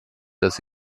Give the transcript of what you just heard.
dass